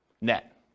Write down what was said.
net